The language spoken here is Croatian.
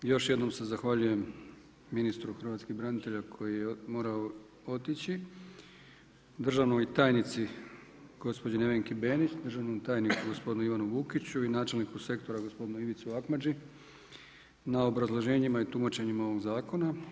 I još jednom se zahvaljujem ministru hrvatskih branitelja koji je morao otići, državnoj tajnici, gospođi Nevenki Benić, državom tajniku gospodinu Ivanu Vukiću i načelnu sektoru gospodinu Ivicu Akmadži na obrazloženjima i tumačenjima ovog zakona.